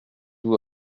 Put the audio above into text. vous